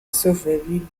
sovereignty